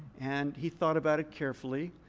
and he thought about it carefully.